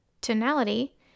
Tonality